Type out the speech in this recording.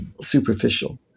superficial